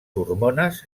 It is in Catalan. hormones